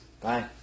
Bye